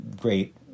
great